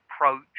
approach